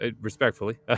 respectfully